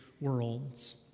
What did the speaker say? worlds